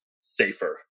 safer